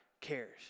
cares